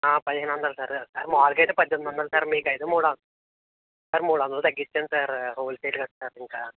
పదిహేను వందలు సార్ మామూలుగా అయితే పద్దెనిమిది వందలు సార్ మీకు అయితే మూడు వందలు సార్ మూడు వందల తగ్గించాను సార్ హోల్సేల్ కదా సార్ ఇంకా